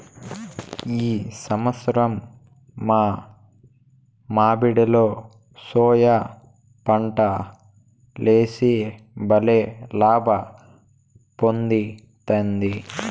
ఈ సంవత్సరం మా మడిలో సోయా పంటలేసి బల్లే లాభ పొందితిమి